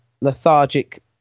lethargic